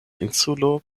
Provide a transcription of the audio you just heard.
insulo